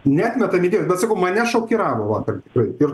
neatmetam idėjos bet sakau mane šokiravo vakar tikrai ir